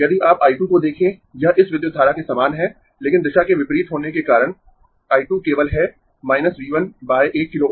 यदि आप I 2 को देखें यह इस विद्युत धारा के समान है लेकिन दिशा के विपरीत होने के कारण I 2 केवल है V 1 1 किलो Ω